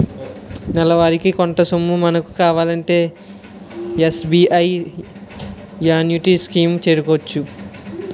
నెలవారీ కొంత సొమ్ము మనకు కావాలంటే ఎస్.బి.ఐ యాన్యుటీ స్కీం లో చేరొచ్చు